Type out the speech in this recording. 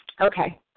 Okay